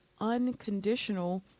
unconditional